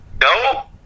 No